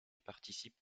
participent